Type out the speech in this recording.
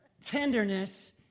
Tenderness